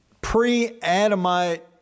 pre-Adamite